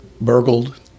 burgled